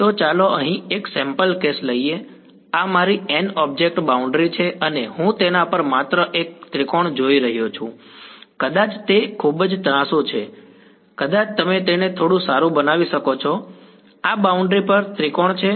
તો ચાલો અહીં એક સેમ્પલ કેસ લઈએ આ મારી ઓબ્જેક્ટ બાઉન્ડ્રી છે અને હું તેના પર માત્ર એક ત્રિકોણ જોઈ રહ્યો છું કદાચ તે ખૂબ જ ત્રાંસુ છે કદાચ તમે તેને થોડું સારું બનાવી શકો છો આ બાઉન્ડ્રી પરનો ત્રિકોણ છે